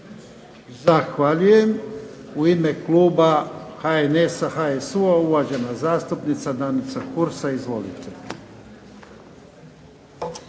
Zahvaljujem. U ime kluba HNS-a, HSU-a uvažena zastupnica Danica Hursa. Izvolite.